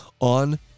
on